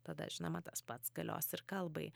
tada žinoma tas pats galios ir kalbai